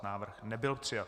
Návrh nebyl přijat.